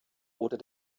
oder